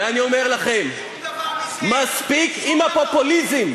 ואני אומר לכם, מספיק עם הפופוליזם.